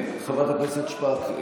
חברת הכנסת שפק,